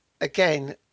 again